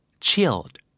Chilled